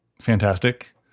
fantastic